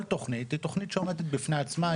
כל תוכנית היא תוכנית שעומדת בפני עצמה,